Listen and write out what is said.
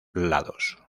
lados